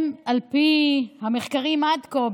על פי המחקרים עד כה,